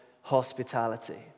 hospitality